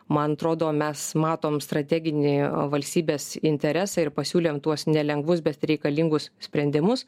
man atrodo mes matom strateginį valstybės interesą ir pasiūlėm tuos nelengvus bet reikalingus sprendimus